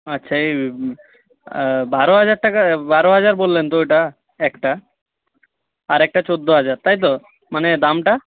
আচ্ছা বারো হাজার টাকা বারো হাজার বললেন তো ওটা একটা আর একটা চৌদ্দো হাজার তাই তো মানে দামটা